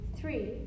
three